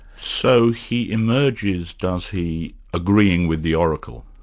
so he emerges, does he, agreeing with the oracle?